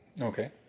Okay